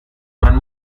man